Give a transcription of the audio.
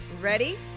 Ready